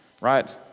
right